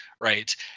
right